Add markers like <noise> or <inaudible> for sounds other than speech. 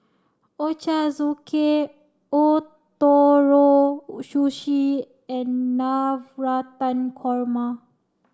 Ochazuke Ootoro <unintelligible> Sushi and Navratan Korma